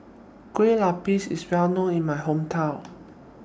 Kue Lupis IS Well known in My Hometown